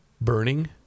Burning